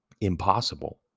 Impossible